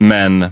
Men